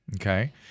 okay